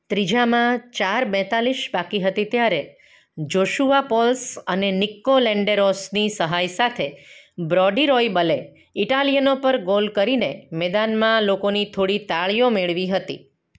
ત્રીજામાં ચાર બેતાળીસ બાકી હતી ત્યારે જોશુઆ પૉલ્સ અને નિક્કો લેન્ડેરોસની સહાય સાથે બ્રોડી રોયબલે ઈટાલિયનો પર ગોલ કરીને મેદાનમાં લોકોની થોડી તાળીઓ મેળવી હતી